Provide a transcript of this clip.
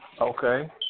Okay